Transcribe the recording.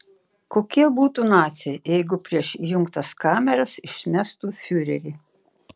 kokie būtų naciai jeigu prieš įjungtas kameras išmestų fiurerį